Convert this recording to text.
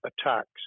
attacks